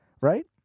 right